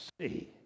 see